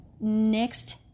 next